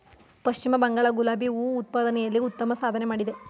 ಪಶ್ಚಿಮ ಬಂಗಾಳ ಗುಲಾಬಿ ಹೂ ಉತ್ಪಾದನೆಯಲ್ಲಿ ಉತ್ತಮ ಸಾಧನೆ ಮಾಡಿದೆ